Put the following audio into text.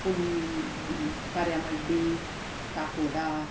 कुन कर्यांमंडी काकोडा